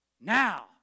now